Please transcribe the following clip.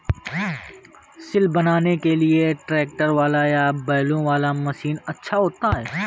सिल बनाने के लिए ट्रैक्टर वाला या बैलों वाला मशीन अच्छा होता है?